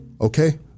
Okay